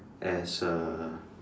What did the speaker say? as a